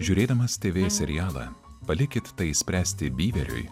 žiūrėdamas tv serialą palikit tai spręsti byveriui